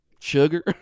Sugar